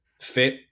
fit